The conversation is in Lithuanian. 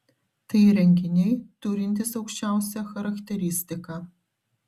tai įrenginiai turintys aukščiausią charakteristiką